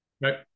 right